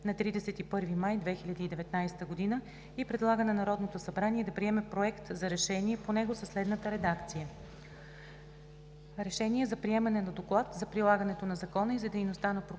на 31 май 2019 г. и предлага на Народното събрание да приеме Проект за решение по него със следната редакция: